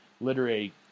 literary